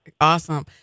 Awesome